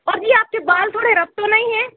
और जी आपके बाल थोड़े रफ तो नहीं है